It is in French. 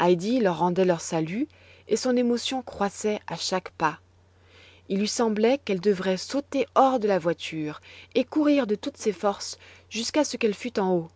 heidi leur rendait leur salut et son émotion croissait à chaque pas il lui semblait qu'elle devrait sauter hors de la voiture et courir de toutes ses forces jusqu'à ce qu'elle fût en haut